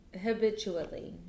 habitually